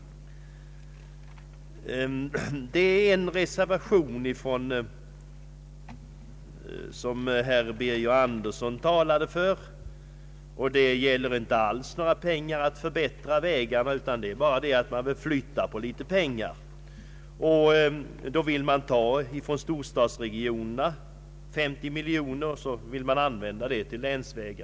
Den reservation som herr Birger Andersson talade för går inte alls ut på att anvisa pengar till att förbättra vägarna utan bara på att flytta om pengar. Man vill ta 50 miljoner kronor från anslaget till storstadsregionerna och i stället använda dem till länsvägarna.